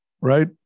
right